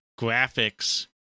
graphics